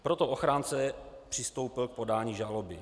Proto ochránce přistoupil k podání žaloby.